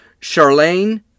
Charlene